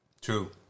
True